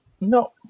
No